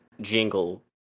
jingle